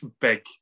big